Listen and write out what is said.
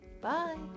bye